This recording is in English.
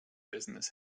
business